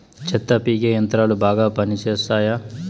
చెత్త పీకే యంత్రాలు బాగా పనిచేస్తాయా?